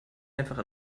einfach